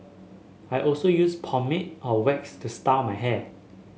I also use pomade or wax to style my hair